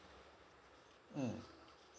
mm